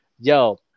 Yo